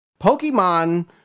Pokemon